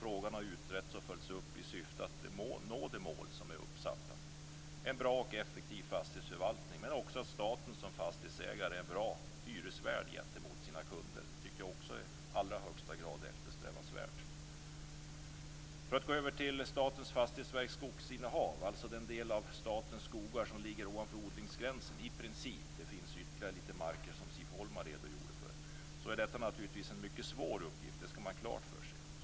Frågan har utretts och följts upp i syfte att nå de mål som är uppsatta, en bra och effektiv fastighetsförvaltning, men också att staten som fastighetsägare är en bra hyresvärd gentemot sina kunder. Det tycker jag också är i allra högsta grad eftersträvansvärt. Om vi går över till Statens Fastighetsverks skogsinnehav, alltså den del av statens skogar som i princip ligger ovan odlingsgränsen - det finns ytterligare marker som Siv Holma redogjorde för - kommer vi in på en uppgift som naturligtvis är mycket svår. Det skall man ha klart för sig.